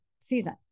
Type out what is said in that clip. season